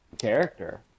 character